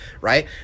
right